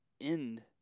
end